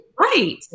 Right